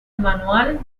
manual